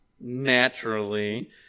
naturally